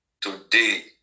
Today